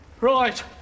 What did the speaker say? Right